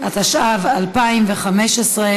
(תיקוני חקיקה ליישום המדיניות הכלכלית לשנות התקציב 2015 ו-2016),